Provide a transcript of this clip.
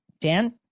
Dan